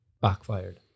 backfired